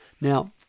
Now